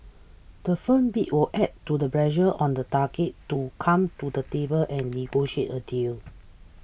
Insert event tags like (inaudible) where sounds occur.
the firm bid will add to the pressure on the target to come to the table and negotiate a deal (noise)